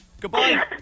Goodbye